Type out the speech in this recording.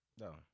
No